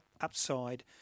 upside